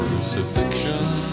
Crucifixion